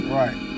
right